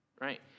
Right